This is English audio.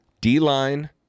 D-line